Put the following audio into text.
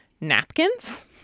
napkins